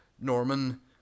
Norman